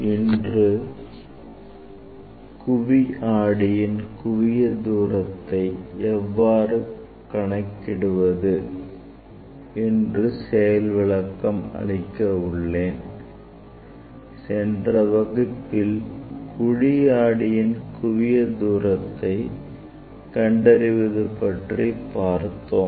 இன்று குவி ஆடியின் குவியத் தூரத்தை எவ்வாறு கணக்கிடுவது என்று செயல் விளக்கம் அளிக்க உள்ளேன் சென்ற வகுப்பில் குழி ஆடியின் குவியத் தூரத்தை கண்டறிவது பற்றி பார்த்தோம்